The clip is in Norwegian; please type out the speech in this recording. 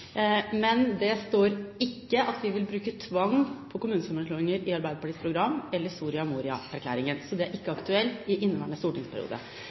men det står ikke at vi vil bruke tvang når det gjelder kommunesammenslåinger, verken i Arbeiderpartiets program eller Soria Moria-erklæringen. Så det er ikke aktuelt i inneværende stortingsperiode.